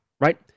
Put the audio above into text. right